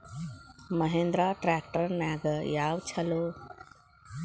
Mahindra tractor ನ್ಯಾಗ ಯಾವ್ದ ಛಲೋ?